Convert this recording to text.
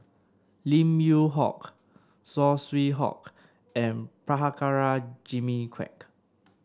Lim Yew Hock Saw Swee Hock and Prabhakara Jimmy Quek